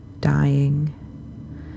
dying